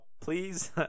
please